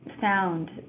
sound